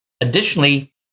Additionally